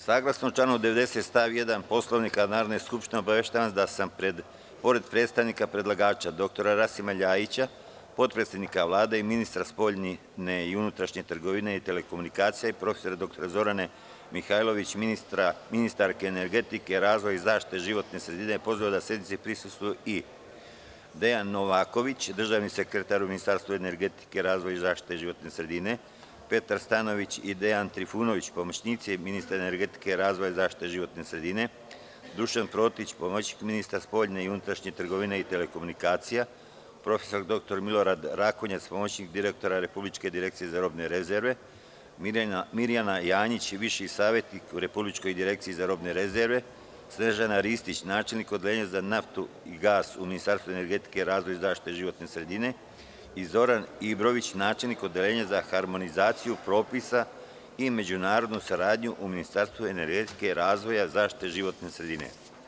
Saglasno članu 90. stav 1. Poslovnika Narodne skupštine, obaveštavam vas da sam pored predstavnika predlagača dr Rasima Ljajića, potpredsednika Vlade i ministra spoljne i unutrašnje trgovine i telekomunikacija i prof. dr Zorane Mihajlović, ministarke energetike, razvoja i zaštite životne sredine, pozvao da sednici prisustvuju i: Dejan Novaković, državni sekretar u Ministarstvu energetike, razvoja i zaštite životne sredine, Petar Stanojević i Dejan Trifunović, pomoćnici ministra energetike, razvoja i zaštite životne sredine, Dušan Protić, pomoćnik ministra spoljne i unutrašnje trgovine i telekomunikacija, prof. dr Milorad Rakonjac, pomoćnik direktora Republičke direkcije za robne rezerve, Mirjana Janjić, viši savetnik u Republičkoj direkciji za robne rezerve, Snežana Ristić, načelnik odeljenja za naftu i gas u Ministarstvu energetike, razvoja i zaštite životne sredine, i Zoran Ibrović, načelnik Odeljenja za harmonizaciju propisa i međunarodnu saradnju u Ministarstvu energetike, razvoja i zaštite životne sredine.